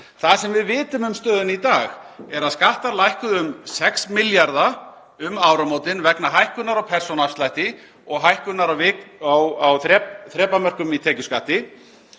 Það sem við vitum um stöðuna í dag er að skattar lækkuðu um 6 milljarða um áramótin vegna hækkunar á persónuafslætti og hækkunar á þrepamörkum í tekjuskatti.